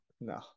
no